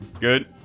Good